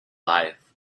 life